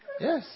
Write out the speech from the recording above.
Yes